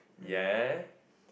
ya